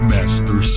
Master